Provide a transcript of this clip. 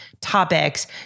topics